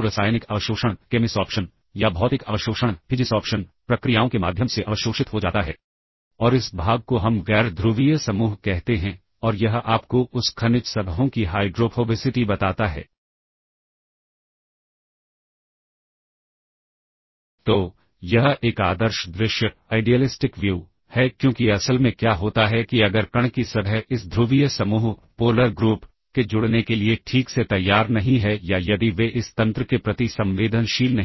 खुद को वापस कॉल करने से पहले यह सुनिश्चित किया जाता है की रिटर्न ऐड्रेस स्टैक पर पहले से सुरक्षित है तो इसमें कॉल इंस्ट्रक्शन एड्रेस को पुश करता है और कॉल को स्टैक में भेजता है और जैसा कि मैं पहले बताया है की एक कॉल तीन बाइट का इंस्ट्रक्शन होता है तो ठीक अगला इंस्ट्रक्शन का